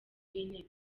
w’intebe